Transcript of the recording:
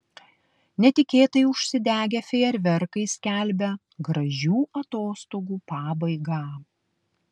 netikėtai užsidegę fejerverkai skelbia gražių atostogų pabaigą